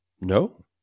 No